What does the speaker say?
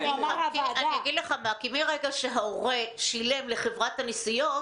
כי מרגע שההורה שילם לחברת הנסיעות,